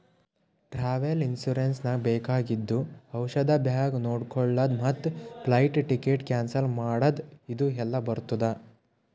travel insurance ನಾಗ್ ಬೇಕಾಗಿದ್ದು ಔಷಧ ಬ್ಯಾಗ್ ನೊಡ್ಕೊಳದ್ ಮತ್ ಫ್ಲೈಟ್ ಟಿಕೆಟ್ ಕ್ಯಾನ್ಸಲ್ ಮಾಡದ್ ಇದು ಎಲ್ಲಾ ಬರ್ತುದ